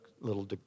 little